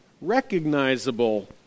recognizable